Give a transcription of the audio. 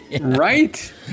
Right